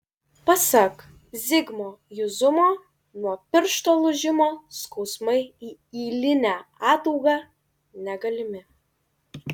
pasak zigmo juzumo nuo piršto lūžimo skausmai į ylinę ataugą negalimi